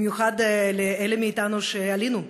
במיוחד לאלה מאיתנו שעלו,